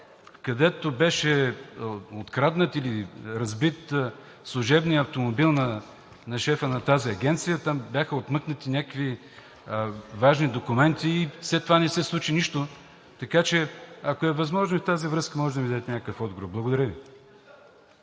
където беше откраднат или разбит служебният автомобил на шефа на тази агенция. Бяха отмъкнати някакви важни документи и след това не се случи нищо. Така че, ако е възможно и в тази връзка може да ми дадете някакъв отговор. Благодаря Ви.